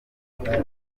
kubyina